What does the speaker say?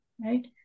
right